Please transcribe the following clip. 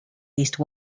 least